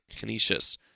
Canisius